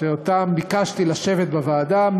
נכבדים שביקשתי מהם לשבת בוועדה,